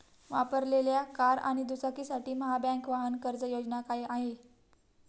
वापरलेल्या कार आणि दुचाकीसाठी महाबँक वाहन कर्ज योजना काय आहे?